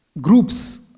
groups